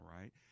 right